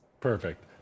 Perfect